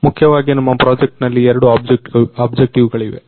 ಮುಖ್ಯವಾಗಿ ನಮ್ಮ ಪ್ರಾಜೆಕ್ಟ್ ನಲ್ಲಿ ಎರಡು ಆಬ್ಜೆಕ್ಟಿವ್ಗಳಿವೆ